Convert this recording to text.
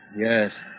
Yes